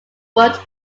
worked